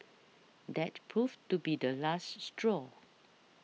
that proved to be the last straw